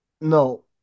No